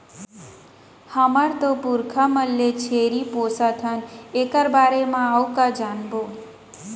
हमर तो पुरखा मन ले छेरी पोसत हन एकर बारे म अउ का जानबो?